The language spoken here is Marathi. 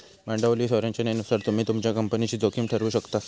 भांडवली संरचनेनुसार तुम्ही तुमच्या कंपनीची जोखीम ठरवु शकतास